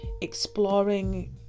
exploring